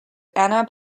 anna